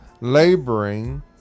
laboring